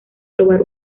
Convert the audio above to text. probar